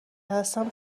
هستم